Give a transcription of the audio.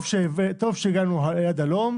טוב שהגענו עד הלום.